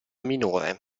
minore